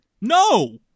No